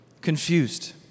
confused